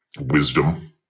wisdom